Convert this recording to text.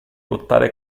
lottare